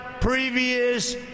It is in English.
previous